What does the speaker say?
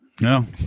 No